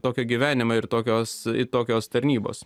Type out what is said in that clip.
tokio gyvenimo ir tokios tokios tarnybos